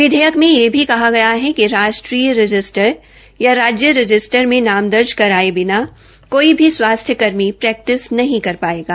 विधेयक में यह भी कहा गया है कि राष्ट्रीय रजिस्टर या राज्य रजिस्टर में नाम दर्ज कराए बिना इस तरह का कोई भी स्वास्थ्य कर्मी प्रैक्टिस नहीं कर पाएगा